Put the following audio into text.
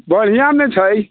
बढ़िआँमे छै